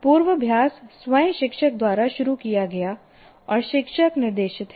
पूर्वाभ्यास स्वयं शिक्षक द्वारा शुरू किया गया और शिक्षक निर्देशित है